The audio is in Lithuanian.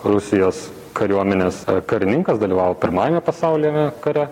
rusijos kariuomenės karininkas dalyvavo pirmajame pasauliniame kare